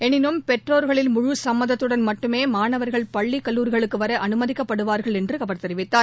எளினும் பெற்றோர்களின் முழு சும்மதத்துடன் மட்டுமே மாணவர்கள் பள்ளி கல்லூரிகளுக்கு வர அனுமதிக்கப்படுவார்கள் என்று அவர் தெரிவித்தார்